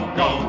go